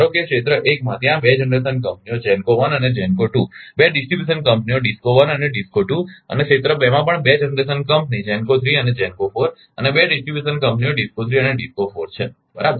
ધારો કે ક્ષેત્ર 1 માં ત્યાં 2 જનરેશન કંપનીઓ GENCO 1 અને GENCO 2 2 ડિસ્ટ્રીબ્યુશન કંપનીઓ DISCO 1 અને DISCO 2 અને ક્ષેત્ર 2 માં પણ 2 જનરેશન કંપની GENCO 3 અને GENCO 4 અને 2 ડિસ્ટ્રીબ્યુશન કંપનીઓ DISCO 3 અને DISCO 4 છે બરાબર